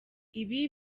ibi